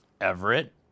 Everett